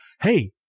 hey